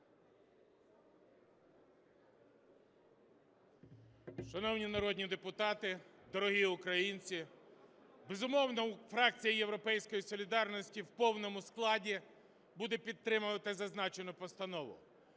Шановні народні депутати, дорогі українці! Безумовно, фракція "Європейська солідарність" у повному складі буде підтримувати зазначену постанову.